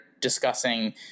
discussing